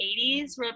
80s